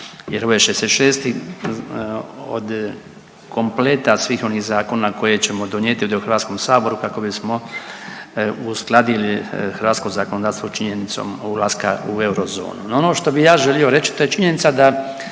ovo je 66. od kompleta svih onih zakona koje ćemo donijeti ovdje u HS-u kako bismo uskladili hrvatsko zakonodavstvo činjenicom ulaska u eurozonu. No, ono što bih ja želio reći, to je činjenica da